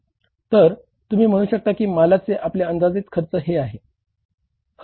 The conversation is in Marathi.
तर तुम्ही म्हणू शकता की मालाचे आपले अंदाजित खर्च हे आहे